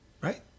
Right